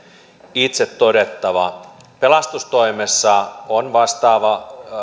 itse todettava pelastustoimessa on vastaava